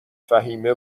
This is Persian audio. فهمیه